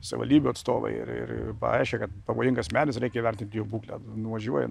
savivaldybių atstovai ir ir ir pareiškė kad pavojingas medis reikia įvertinti jo būklę nuvažiuoju